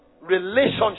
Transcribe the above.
relationship